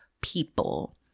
people